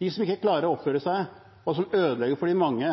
De som ikke klarer å oppføre seg, og som ødelegger for de mange,